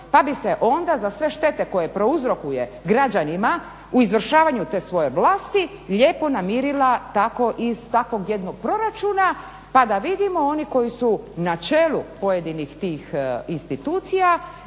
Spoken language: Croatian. pa bi se onda za sve štete koje prouzrokuje građanima u izvršavanju te svoje vlasti lijepo namirila tako iz takvog jednog proračuna pa da vidimo oni koji su na čelu pojedinih tih institucija